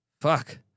Fuck